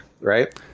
right